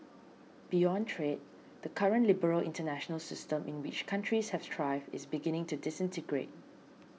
beyond trade the current liberal international system in which countries have thrived is beginning to disintegrate